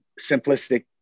Simplistic